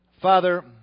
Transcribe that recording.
Father